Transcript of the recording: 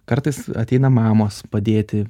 kartais ateina mamos padėti